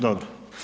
Dobro.